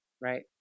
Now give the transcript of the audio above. Right